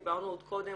דיברנו עוד קודם,